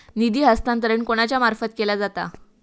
निधी हस्तांतरण कोणाच्या मार्फत केला जाता?